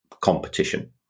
competition